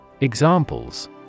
Examples